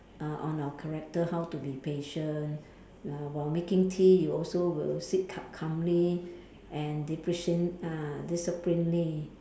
err on our character how to be patient while while making tea you also will sit up ca~ calmly and uh disciplinely